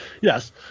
yes